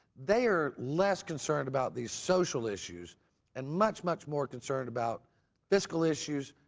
they are less concerned about these social issues and much, much more concerned about fiscal issues.